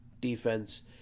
defense